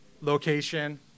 location